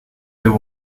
you